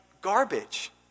garbage